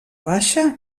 baixa